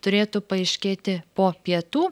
turėtų paaiškėti po pietų